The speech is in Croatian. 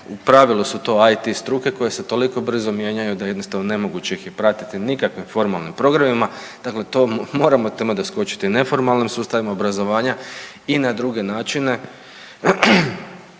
u pravilu su to IT struke koje se toliko brzo mijenjaju da jednostavno nemoguće ih je pratiti nikakvim formalnim programima, dakle tome moramo doskočiti neformalnim sustavom obrazovanja i na druge načine,